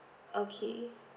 okay